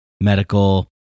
medical